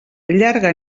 llarga